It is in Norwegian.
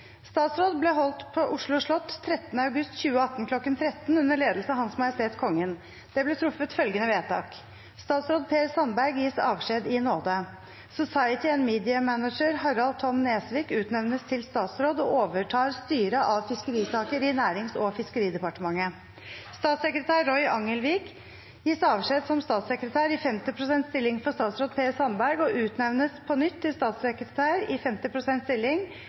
Statsråd ble holdt på Oslo slott 13. august 2018 kl. 1300 under ledelse av Hans Majestet Kongen. Det ble truffet følgende vedtak: Statsråd Per Sandberg gis avskjed i nåde. Society and media manager Harald Tom Nesvik utnevnes til statsråd og overtar styret av fiskerisaker i Nærings- og fiskeridepartementet. Statssekretær Roy Angelvik gis avskjed som statssekretær i 50 pst. stilling for statsråd Per Sandberg og utnevnes på nytt til statssekretær i 50 pst. stilling